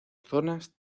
zonas